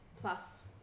plus